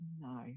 no